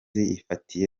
ifatiye